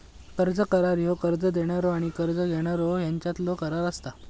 कर्ज करार ह्यो कर्ज देणारो आणि कर्ज घेणारो ह्यांच्यातलो करार असता